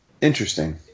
Interesting